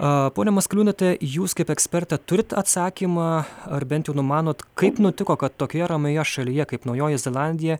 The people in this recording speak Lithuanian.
a pone maskaliūnaite jūs kaip ekspertė turite atsakymą ar bent jau numanot kaip nutiko kad tokioje ramioje šalyje kaip naujoji zelandija